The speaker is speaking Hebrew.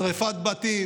שרפת בתים,